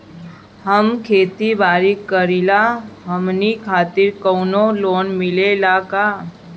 हम खेती बारी करिला हमनि खातिर कउनो लोन मिले ला का?